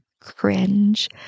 cringe